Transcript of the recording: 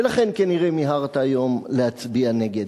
ולכן כנראה מיהרת היום להצביע נגד.